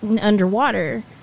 underwater